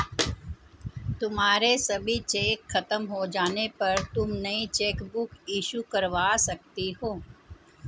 तुम्हारे सभी चेक खत्म हो जाने पर तुम नई चेकबुक इशू करवा सकती हो